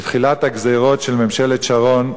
בתחילת הגזירות של ממשלת שרון,